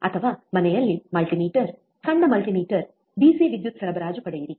ಅಥವಾ ಮನೆಯಲ್ಲಿ ಮಲ್ಟಿಮೀಟರ್ ಸಣ್ಣ ಮಲ್ಟಿಮೀಟರ್ ಡಿಸಿ ವಿದ್ಯುತ್ ಸರಬರಾಜು ಪಡೆಯಿರಿ